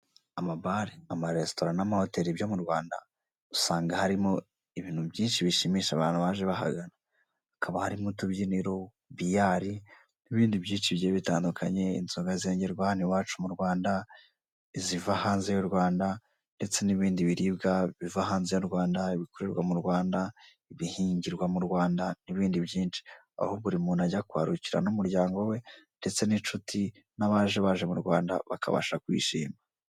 Amabare amaresitora n'amahoteri byo mu Rwanda usanga harimo ibintu byinshi bishimisha abantu baje bahagana, hakaba harimo utubyiniro, biyari n'ibindi byinshi bigiye bitandukanye inzoga zengerwa hano iwacu mu Rwanda, iziva hanze y' u Rwanda ndetse n'ibindi biribwa biva hanze y' u Rwanda, ibikorerwa mu Rwanda, ibihingirwa mu Rwanda n'ibindi byinshi aho buri muntu ajya kuharuhukira n'umuryango we ndetse n'inshuti n'abaje baje mu Rwanda bakabasha kwishima.